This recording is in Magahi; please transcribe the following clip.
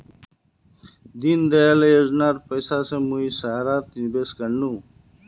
दीनदयाल योजनार पैसा स मुई सहारात निवेश कर नु